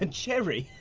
ah jerry!